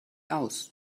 aus